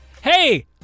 Hey